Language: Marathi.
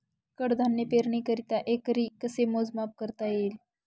कडधान्य पेरणीकरिता एकरी कसे मोजमाप करता येईल?